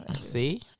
see